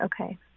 Okay